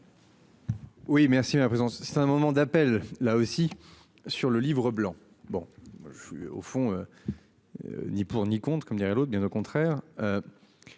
Oui merci. Mais la présence. C'est un moment d'appel là aussi sur le Livre blanc bon je suis au fond. Ni pour ni compte comme dirait l'autre, bien au contraire.